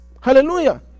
Hallelujah